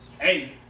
hey